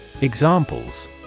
Examples